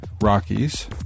Rockies